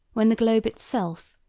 when the globe itself,